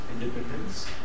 independence